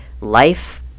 life